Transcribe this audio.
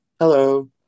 Hello